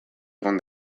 egon